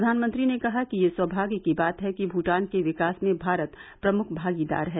प्रधानमंत्री ने कहा कि यह सौभाग्य की बात है कि भूटान के विकास में भारत प्रमुख भागीदार है